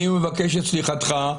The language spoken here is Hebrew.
אני מבקש את סליחתך.